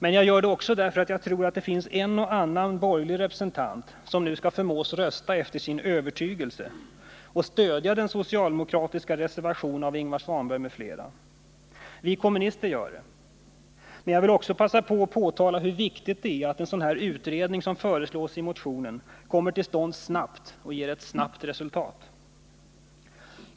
Men jag gör det också därför att jag tror att en och annan borgerlig representant kan förmås att rösta efter sin övertygelse och stödja den socialdemokratiska reservationen av Ingvar Svanberg m.fl. Vi Nr 56 kommunister gör det. Men jag vill också passa på att påpeka hur viktigt detär Tisdagen den att en sådan här utredning som föreslås i motionen kommer till stånd snabbt 18 december 1979 och ger ett snabbt resultat.